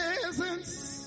presence